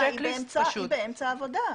אנחנו באמצע העבודה.